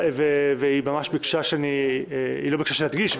והיא ממש ביקשה היא לא ביקשה שאני אדגיש,